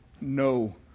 no